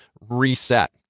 reset